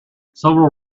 several